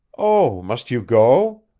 oh, must you go?